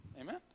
Amen